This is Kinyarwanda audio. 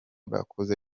bakoze